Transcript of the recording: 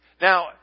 Now